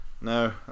No